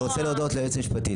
אני רוצה להודות ליועצת המשפטית,